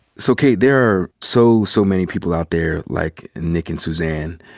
so, kate, there are so, so many people out there like nick and suzanne.